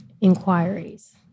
inquiries